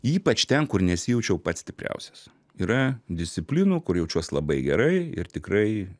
ypač ten kur nesijaučiau pats stipriausias yra disciplinų kur jaučiuos labai gerai ir tikrai